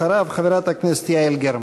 אחריו, חברת הכנסת יעל גרמן.